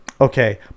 Okay